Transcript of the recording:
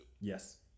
yes